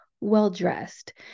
well-dressed